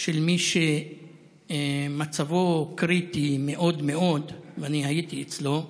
של מי שמצבו קריטי מאוד מאוד, אני הייתי אצלו,